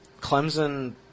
Clemson